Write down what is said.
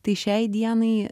tai šiai dienai